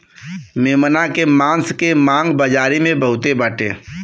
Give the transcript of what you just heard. मेमना के मांस के मांग बाजारी में बहुते बाटे